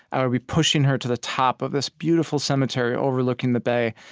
i would be pushing her to the top of this beautiful cemetery overlooking the bay,